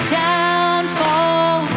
downfall